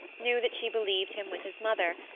knew that she believed him with his mother,